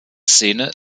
szene